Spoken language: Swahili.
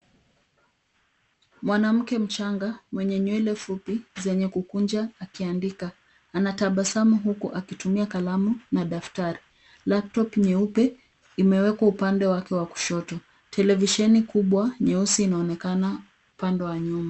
Mwanamke mchanga mwenye nywele zenye kukunja akiandika anatabasamu huku akitumia kalamu na daftari. Laptop nyeupe imewekwa upande wake wa kushoto. Televisheni kubwa nyeusi inaonekana upande wa nyuma.